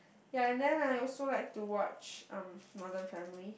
ya and then I also like to watch um modern family